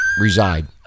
reside